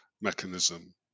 mechanism